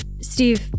Steve